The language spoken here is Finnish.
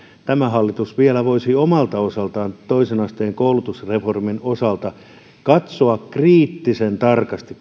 tämä hallitus vielä voisi omalta osaltaan toisen asteen koulutusreformin osalta katsoa kriittisen tarkasti